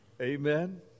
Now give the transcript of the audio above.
Amen